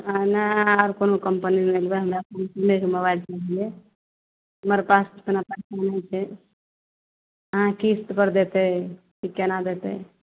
अऽ नहि आर कोनो कम्पनी नइ लेबय हमरा के मोबाइल चाहियै हमर पास एतना पैसा नहि छै अहाँ किस्तपर देतय की केना देतय